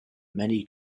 many